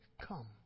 come